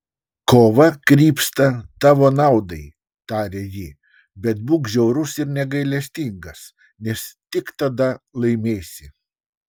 kova krypsta tavo naudai tarė ji bet būk žiaurus ir negailestingas nes tik tada laimėsi